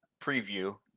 preview